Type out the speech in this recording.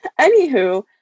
Anywho